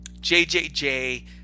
jjj